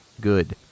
good